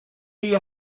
you